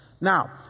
Now